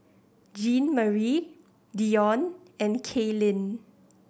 Jeanmarie Dione and Kailyn